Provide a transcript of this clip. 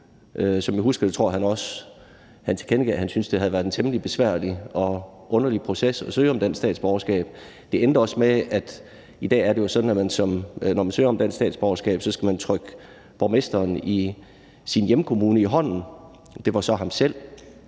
Som jeg husker det, tilkendegav han, at han syntes, at det havde været en temmelig besværlig og underlig proces at søge om dansk statsborgerskab. I dag er det jo sådan, at når man søger om dansk statsborgerskab, så skal man trykke borgmesteren i sin hjemkommune i hånden, og det var så ham selv.